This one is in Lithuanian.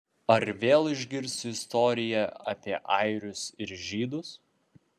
ar vėl išgirsiu istoriją apie airius ir žydus